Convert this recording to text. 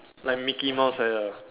like Micky mouse like that